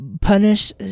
punish